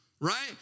Right